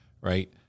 right